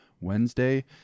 wednesday